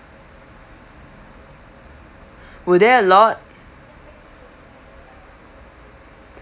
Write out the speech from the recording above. were there a lot